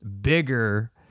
bigger